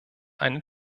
eine